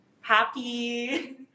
happy